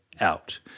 out